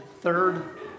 third